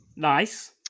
Nice